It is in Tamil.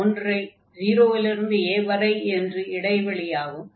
ஒன்று 0 இலிருந்து a வரை என்ற இடைவெளி ஆகும்